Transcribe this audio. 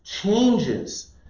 changes